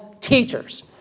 teachers